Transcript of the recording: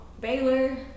Baylor